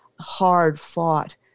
hard-fought